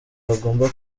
bagomba